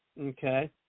Okay